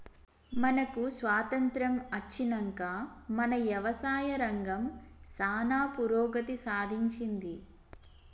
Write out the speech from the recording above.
మనకు స్వాతంత్య్రం అచ్చినంక మన యవసాయ రంగం సానా పురోగతి సాధించింది